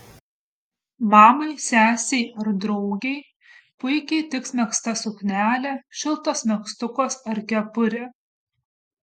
mamai sesei ar draugei puikiai tiks megzta suknelė šiltas megztukas ar kepurė